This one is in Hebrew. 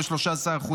ב-13%,